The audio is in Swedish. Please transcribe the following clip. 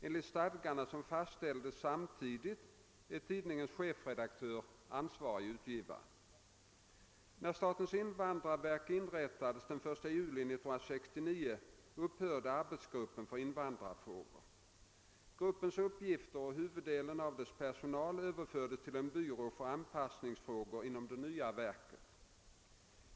Enligt stadgarna som fastställdes sam När statens invandrarverk inrättades den 1 juli 1969 upphörde arbetsgruppen för invandrarfrågor. Gruppens uppgifter och huvuddelen av dess personal överfördes till byrån för anpassningsfrågor inom det nya verket.